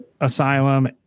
asylum